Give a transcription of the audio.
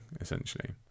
essentially